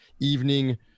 evening